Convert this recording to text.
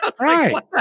Right